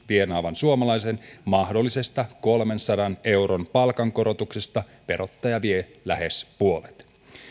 tienaavan suomalaisen mahdollisesta kolmensadan euron palkankorotuksesta verottaja vie lähes puolet